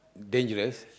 dangerous